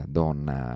donna